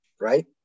right